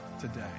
today